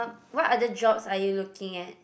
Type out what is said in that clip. what other jobs are you looking at